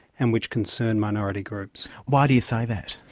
and which concern minority groups. why do you say that?